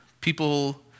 people